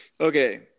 Okay